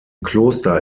kloster